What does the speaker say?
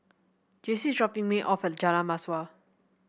Jaycie is dropping me off at Jalan Mawar